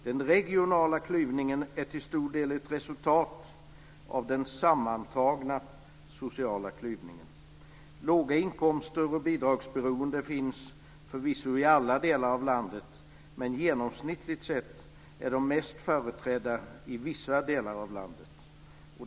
Den regionala klyvningen är till stor del ett resultat av den sammantagna sociala klyvningen. Låga inkomster och bidragsberoende finns förvisso i alla delar av landet, men genomsnittligt sett är de mest företrädda i vissa delar.